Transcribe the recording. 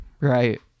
right